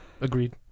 Agreed